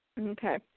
Okay